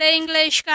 English